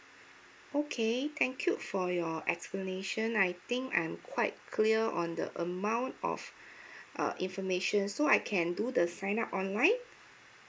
okay thank you for your explanation I think I'm quite clear on the amount of uh information so I can do the sign up online